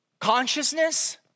consciousness